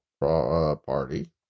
party